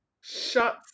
shut